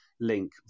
link